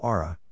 Ara